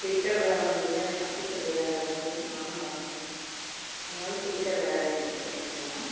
சீக்கிரம் வேலை முடிஞ்சால் எனக்கும் கொஞ்சம் வேலை இருக்குது நானும் வரணும் அதனால சீக்கிரம் வேலையை முடிச்சுட்டு வந்துடலாம்